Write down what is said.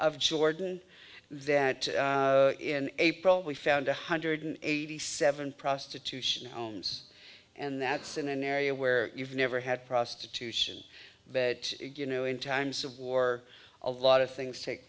of jordan that in april we found one hundred eighty seven prostitution homes and that's in an area where you've never had prostitution but you know in times of war a lot of things take